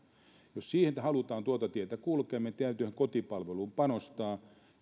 jos halutaan tuota tietä kulkea niin täytyyhän kotipalveluun panostaa